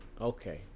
Okay